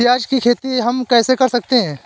प्याज की खेती हम कैसे कर सकते हैं?